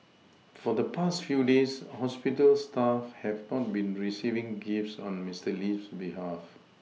for the past few days hospital staff have not been receiving gifts on Mister Lee's behalf